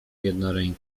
jednoręki